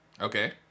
okay